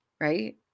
right